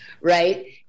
right